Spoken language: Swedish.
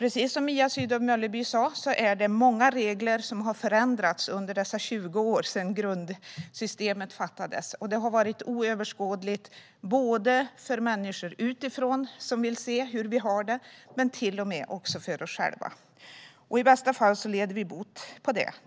Precis som Mia Sydow Mölleby sa är det många regler som har ändrats under de 20 år som gått sedan grundsystemet beslutades. Det har varit oöverskådligt, inte bara för människor utifrån som vill se hur vi har det utan till och med för oss själva. I bästa fall råder vi nu bot på det.